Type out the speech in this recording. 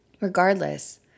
Regardless